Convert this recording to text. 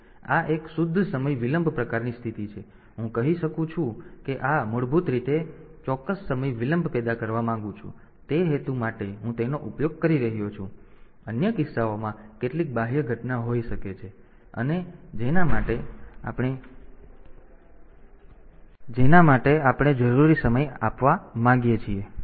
તેથી આ એક શુદ્ધ સમય વિલંબ પ્રકારની સ્થિતિ છે તેથી હું કહી શકું છું કે આ મૂળભૂત રીતે હું ચોક્કસ સમય વિલંબ પેદા કરવા માંગુ છું અને તે હેતુ માટે હું તેનો ઉપયોગ કરી રહ્યો છું અન્ય કિસ્સાઓમાં કેટલીક બાહ્ય ઘટના હોઈ શકે છે અને જેના માટે આપણે જરૂરી સમય માપવા માંગીએ છીએ